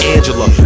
Angela